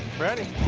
ready?